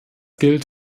gilt